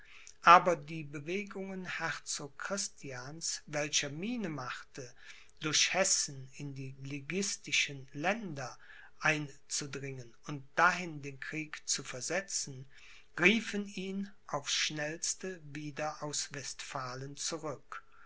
aber die bewegungen herzog christians welcher miene machte durch hessen in die liguistischen länder einzudringen und dahin den krieg zu versetzen riefen ihn aufs schnellste wieder aus westphalen zurück